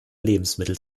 lebensmittel